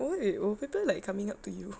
oh wait were people like coming up to you